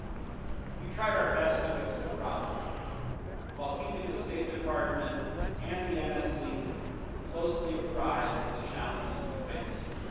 we tried our best to fix the problem while keeping the state department and the nfc closely apprised of the challenges we faced